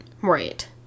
right